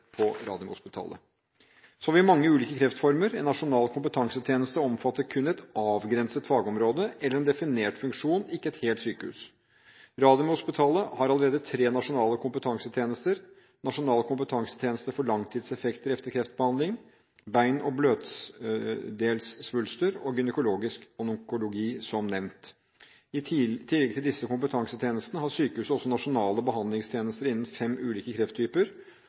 på Radiumhospitalet. Vi har mange ulike kreftformer. En nasjonal kompetansetjeneste omfatter kun et avgrenset fagområde eller en definert funksjon, ikke et helt sykehus. Radiumhospitalet har allerede tre nasjonale kompetansetjenester: nasjonal kompetansetjeneste for langtidseffekter etter kreftbehandling, bein- og bløtdelssvulster og gynekologisk onkologi, som nevnt. I tillegg til disse kompetansetjenestene har sykehuset også nasjonale behandlingstjenester innen fem ulike krefttyper.